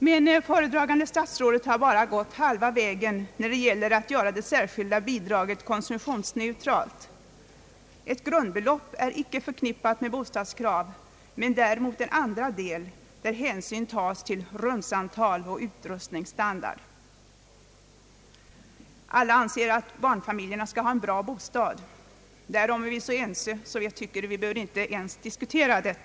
Men föredragande statsrådet har bara gått halva vägen när det gäller att göra det särskilda bidraget konsumtionsneutralt. Ett grundbelopp är inte förknippat med bostadskrav, men däremot en andra del där hänsyn tas till rumsantal och utrustningsstandard. Alla anser att barnfamiljerna skall ha en bra bostad. Det är vi så ense om att vi inte ens behöver diskutera det.